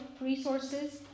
resources